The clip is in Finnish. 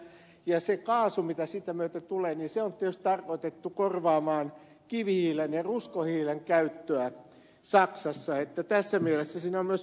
ja se kaasu mikä sitä myöten tulee on tietysti tarkoitettu korvaamaan kivihiilen ja ruskohiilen käyttöä saksassa että tässä mielessä siinä on myös ympäristölähtökohta